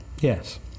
Yes